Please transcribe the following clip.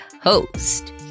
host